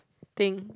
thing